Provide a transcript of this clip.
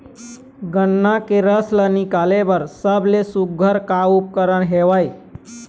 गन्ना के रस ला निकाले बर सबले सुघ्घर का उपकरण हवए?